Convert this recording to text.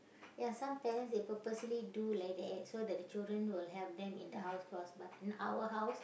ya some parents they purposely do like that so that the children will help them in the house chores but in our house